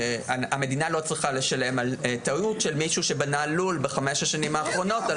המדינה לא צריכה לשלם על טעות של מישהו שבנה לול בחמש השנים האחרונות.